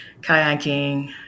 kayaking